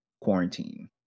quarantine